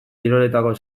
kiroletako